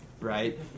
right